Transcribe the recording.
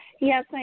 Yes